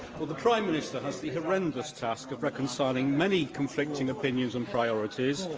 the prime minister has the horrendous task of reconciling many conflicting opinions and priorities,